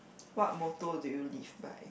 what motto do you live by